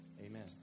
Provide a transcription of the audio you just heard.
Amen